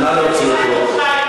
חבר הכנסת חזן.